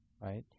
right